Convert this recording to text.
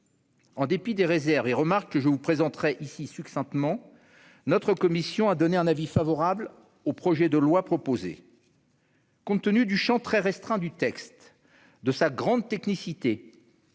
En dépit des réserves et des remarques que je vous présenterai ici succinctement, notre commission a donné un avis favorable au présent projet de loi. Compte tenu du champ très restreint du texte, de sa grande technicité